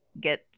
get